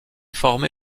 formé